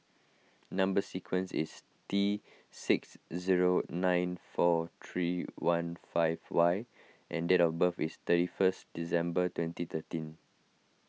Number Sequence is T six zero nine four three one five Y and date of birth is thirty first December twenty thirteen